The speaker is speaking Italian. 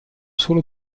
solo